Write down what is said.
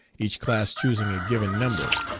each class choosing a given number.